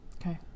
Okay